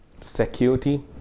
security